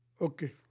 Okay